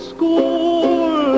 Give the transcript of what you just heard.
School